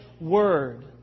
word